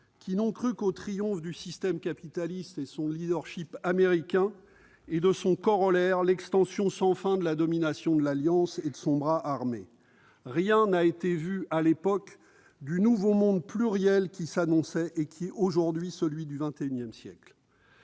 qui n'ont cru qu'au triomphe du système capitaliste, de son leadership américain et de son corollaire, l'extension sans fin de la domination de l'Alliance et de son bras armé. Rien n'a été perçu, à l'époque, du nouveau monde pluriel qui s'annonçait et qui est celui du XXI siècle.